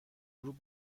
غروب